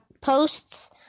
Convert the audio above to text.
posts